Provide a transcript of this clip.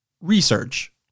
Research